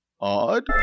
odd